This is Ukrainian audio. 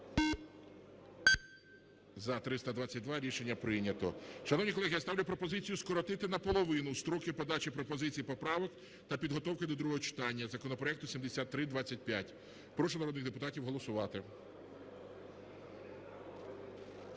За-322 Рішення прийнято. Шановні колеги, я ставлю пропозицію скоротити наполовину строки подачі пропозицій, поправок та підготовки до другого читання законопроекту 7325. Прошу народних депутатів голосувати.